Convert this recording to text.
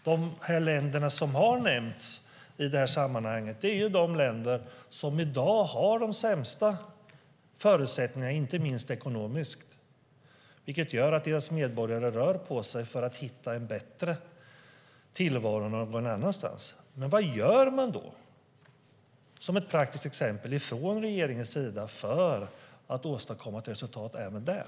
De länder som har nämnts i detta sammanhang är de länder som i dag har de sämsta förutsättningarna, inte minst ekonomiskt, vilket gör att deras medborgare rör på sig för att hitta en bättre tillvaro någon annanstans. Vad gör man då praktiskt från regeringens sida för att åstadkomma resultat även där?